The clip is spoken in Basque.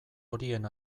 horien